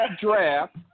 draft